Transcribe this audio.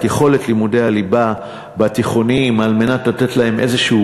את יכולת לימודי הליבה בתיכונים על מנת לתת להם איזשהו